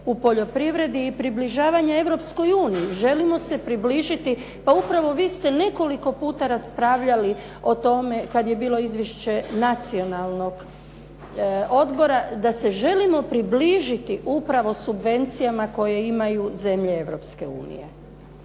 u poljoprivredi i približavanja Europskoj uniji. Želimo se približiti, upravo vi ste nekoliko puta raspravljali o tome kada je bilo izvješće Nacionalnog odbora, da se želimo približiti upravo subvencijama koje imaju zemlje Europske unije.